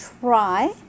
try